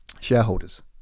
shareholders